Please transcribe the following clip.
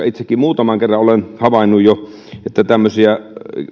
itsekin muutaman kerran olen havainnut jo